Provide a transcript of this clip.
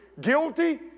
guilty